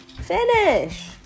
finish